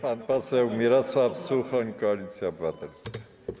Pan poseł Mirosław Suchoń, Koalicja Obywatelska.